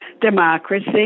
Democracy